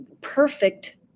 perfect